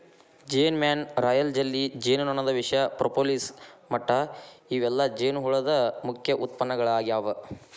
ಜೇನಮ್ಯಾಣ, royal jelly, ಜೇನುನೊಣದ ವಿಷ, propolis ಮಟ್ಟ ಇವೆಲ್ಲ ಜೇನುಹುಳದ ಮುಖ್ಯ ಉತ್ಪನ್ನಗಳಾಗ್ಯಾವ